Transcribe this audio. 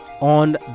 on